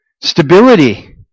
Stability